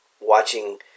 watching